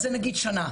אז זה נניח שנה,